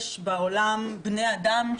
יש בעולם בני אדם,